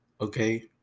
Okay